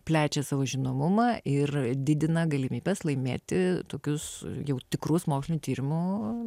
plečia savo žinomumą ir didina galimybes laimėti tokius jau tikrus mokslinių tyrimų